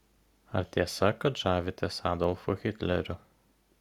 ar tiesa kad žavitės adolfu hitleriu